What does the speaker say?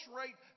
rate